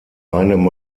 einem